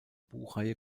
buchreihe